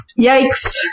Yikes